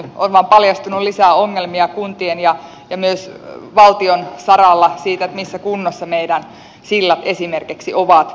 on vain paljastunut lisää ongelmia kuntien ja myös valtion saralla siinä missä kunnossa esimerkiksi meidän sillat ovat